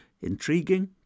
Intriguing